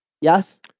Yes